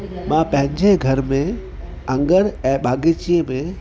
मां पंहिंजे घर में अंगर ऐं बागीचे में